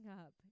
up